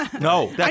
No